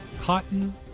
Cotton